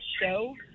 show